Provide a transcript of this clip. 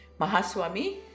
Mahaswami